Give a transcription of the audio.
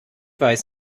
weiß